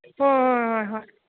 ꯍꯣ ꯍꯣ ꯍꯣꯏ ꯍꯣꯏ